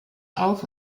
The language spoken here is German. auf